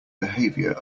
behavior